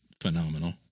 phenomenal